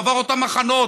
הוא עבר אותם מחנות,